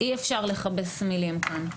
אי אפשר לכבס מילים כאן.